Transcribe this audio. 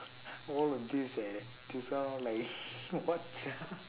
all of these eh this one all like what sia